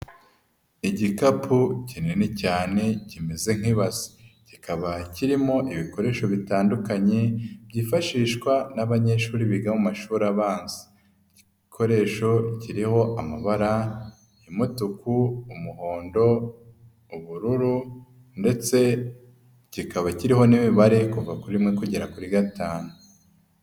Igikapu kinini cyane kimeze nk'ibase. Kikaba kirimo ibikoresho bitandukanye byifashishwa n'abanyeshuri biga mu mashuri abanza. Igikoresho kiriho amabara: ay'umutuku, umuhondo, ubururu ndetse kikaba kiriho n'imibare kuva kuri rimwe kugera kuri gatanu.